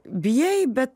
bijai bet